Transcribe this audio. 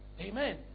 Amen